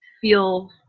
feel